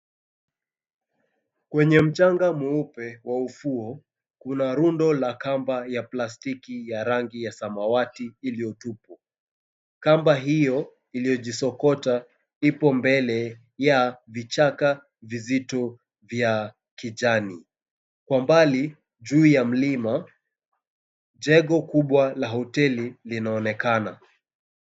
Kwenye mchanga mweupe wa ufuo kuna rundo la kamba ya plastiki ya rangi ya samawati iliyotupwa. Kamba hio iliojisokota ipo mbele ya vichaka vizito vya kijani. Kwa mbali juu ya mlima jengo kubwa la hoteli linaonekana.